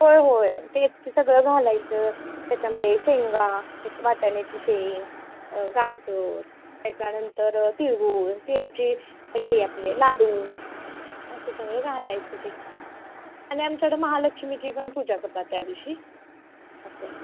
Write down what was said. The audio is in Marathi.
होय होय तेच की सगळं घालायचं त्याच्यामध्ये शेंगा वाटाण्याची शेंग गाजर त्याच्यानंतर तिळगूळ तिळाची हे आपले लाडू असं सगळं घालायचं ते आणि आमच्याकडं महालक्ष्मीची पण पूजा करतात त्या दिवशी असं